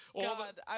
God